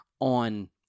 on